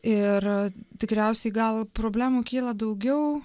ir tikriausiai gal problemų kyla daugiau